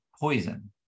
poison